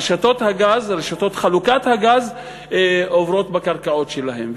רשתות הגז רשתות חלוקת הגז עוברות בקרקעות שלהם.